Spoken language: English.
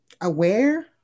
aware